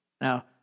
Now